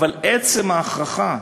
עצם ההכרחה,